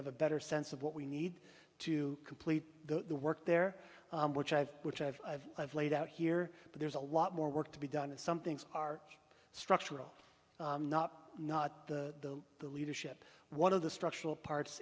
have a better sense of what we need to complete the work there which i have which i've i've i've laid out here but there's a lot more work to be done and some things are structural not the the leadership one of the structural parts